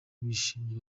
bishimye